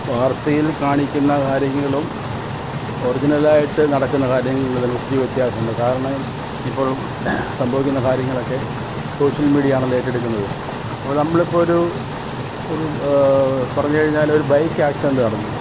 വാർത്തയിൽ കാണിക്കുന്ന കാര്യങ്ങളും ഒറിജിനലായിട്ട് നടക്കുന്ന കാര്യങ്ങളും തമ്മിലൊത്തിരി വ്യത്യാസമുണ്ട് കാരണം ഇപ്പോൾ സംഭവിക്കുന്ന കാര്യങ്ങളൊക്കെ സോഷ്യൽ മീഡിയയാണല്ലോ ഏറ്റെടുക്കുന്നത് അപ്പോള് നമ്മളിപ്പൊരു ഒരു പറഞ്ഞ് കഴിഞ്ഞാലൊരു ബൈക്കാക്സിഡൻറ്റ് നടന്നു